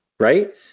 Right